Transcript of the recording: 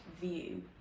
view